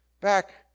back